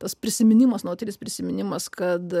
tas prisiminimas nuolatinis prisiminimas kad